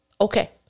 okay